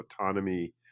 autonomy